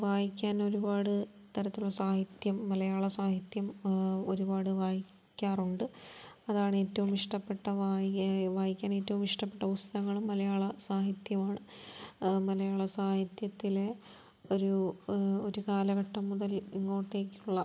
വായിക്കാൻ ഒരുപാട് തരത്തിലുള്ള സാഹിത്യം മലയാള സാഹിത്യം ഒരുപാട് വായിക്കാറുണ്ട് അതാണ് ഏറ്റവും ഇഷ്ടപ്പെട്ട വായിക്കാൻ ഏറ്റവും ഇഷ്ടപ്പെട്ട പുസ്തകങ്ങളും മലയാള സാഹിത്യമാണ് മലയാള സാഹിത്യത്തിലെ ഒരു ഒരു കാലഘട്ടം മുതൽ ഇങ്ങോട്ടേയ്ക്കുള്ള